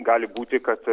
gali būti kad